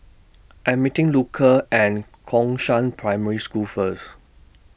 I'm meeting Luka and Gongshang Primary School First